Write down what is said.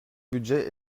budget